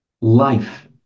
Life